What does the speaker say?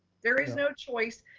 there is no choice.